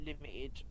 limited